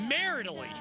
Maritally